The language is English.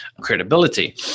credibility